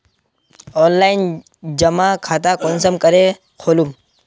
Online जमा खाता कुंसम करे खोलूम?